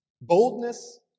Boldness